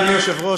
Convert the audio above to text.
אדוני היושב-ראש,